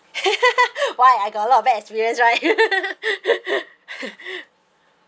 why I got a lot of bad experience right